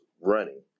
running